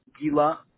Gila